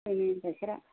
जोंनि गाइखेरआ